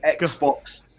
Xbox